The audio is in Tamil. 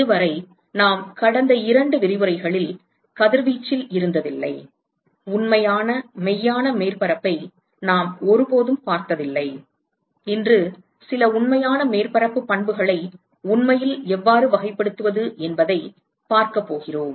இதுவரை நாம் கடந்த இரண்டு விரிவுரைகளில் கதிர்வீச்சில் இருந்ததில்லை உண்மையான மெய்யான மேற்பரப்பை நாம் ஒருபோதும் பார்த்ததில்லை இன்று சில உண்மையான மேற்பரப்பு பண்புகளை உண்மையில் எவ்வாறு வகைப்படுத்துவது என்பதைப் பார்க்கப் போகிறோம்